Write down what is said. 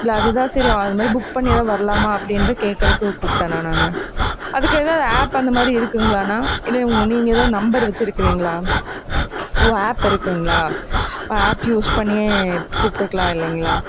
இல்லை அதுதான் சரி அதுமாதிரி புக் பண்ணி ஏதாவது வரலாமா அப்படினு கேக்குறதுக்கு கூப்ட்டேண்ணா நான் அதுக்கு ஏதாவது ஆப் அந்தமாதிரி இருக்குங்களாண்ணா இல்லை நீங்கள் ஏதாவது நம்பர் வச்சுருக்கிறீங்களா ஓ ஆப் இருக்குங்களா ஆப் யூஸ் பண்ணி கூப்ட்டுக்கலாம் இல்லைங்களா